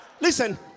Listen